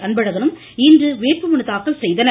அன்பழகன் இன்று வேட்பு மனுதாக்கல் செய்தனர்